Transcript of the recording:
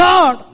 God